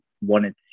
wanted